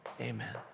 Amen